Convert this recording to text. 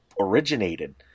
originated